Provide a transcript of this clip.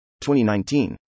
2019